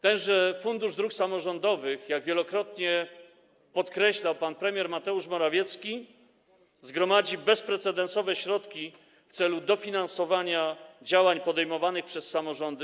Tenże Fundusz Dróg Samorządowych, jak wielokrotnie podkreślał pan premier Mateusz Morawiecki, zgromadzi bezprecedensowe środki w celu dofinansowania działań podejmowanych przez samorządy.